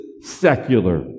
secular